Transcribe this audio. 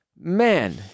man